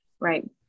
right